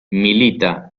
milita